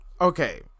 Okay